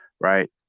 right